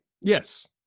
yes